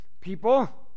people